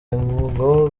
ngo